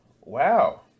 wow